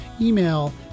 email